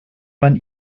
man